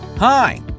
Hi